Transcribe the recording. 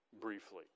briefly